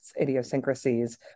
idiosyncrasies